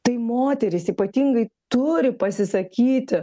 tai moterys ypatingai turi pasisakyti